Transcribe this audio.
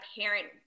parent